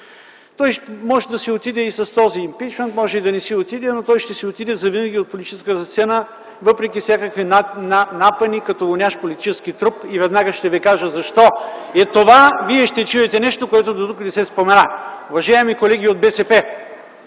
Той може да си отиде и с този импийчмънт, може и да не си отиде, но той ще си отиде завинаги от политическата сцена въпреки всякакви напъни, като вонящ политически труп. И веднага ще ви кажа защо е това. Вие ще чуете нещо, което дотук не се спомена. Уважаеми колеги от БСП!